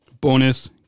bonus